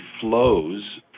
flows